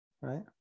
right